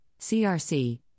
CRC